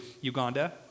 Uganda